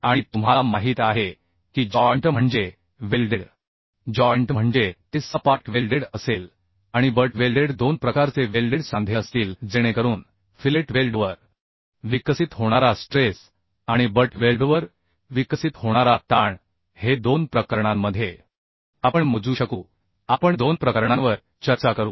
आणि तुम्हाला माहीत आहे की जॉइंट म्हणजे वेल्डेड जॉइंट म्हणजे ते सपाट वेल्डेड असेल आणि बट वेल्डेड दोन प्रकारचे वेल्डेड जॉइंट असतील जेणेकरून फिलेट वेल्डवर विकसित होणारा स्ट्रेस आणि बट वेल्डवर विकसित होणारा ताण हे दोन प्रकरणांमध्ये आपण मोजू शकू आपण दोन प्रकरणांवर चर्चा करू